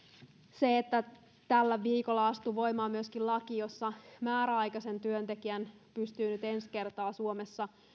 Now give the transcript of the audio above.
se että tällä viikolla astui voimaan myöskin laki jossa määräaikaisen työntekijän pystyy nyt ensi kertaa suomessa